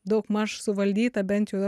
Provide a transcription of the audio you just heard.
daugmaž suvaldyta bent jau